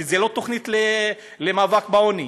כי זו לא תוכנית למאבק בעוני.